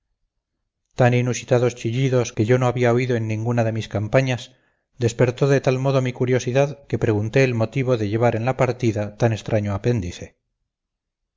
tan inusitados chillidos que yo no había oído en ninguna de mis campañas despertó de tal modo mi curiosidad que pregunté el motivo de llevar en la partida tan extraño apéndice